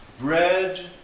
Bread